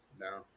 No